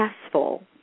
successful